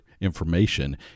information